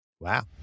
Wow